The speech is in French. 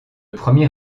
premier